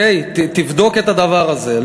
תבדוק את הדבר הזה.